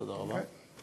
תודה רבה.